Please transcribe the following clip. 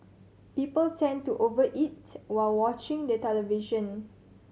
people tend to over eat while watching the television